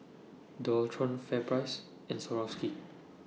Dualtron FairPrice and Swarovski